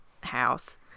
house